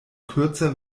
kürzer